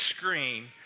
screen